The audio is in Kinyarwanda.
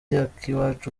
akiwacu